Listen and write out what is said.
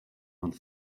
ond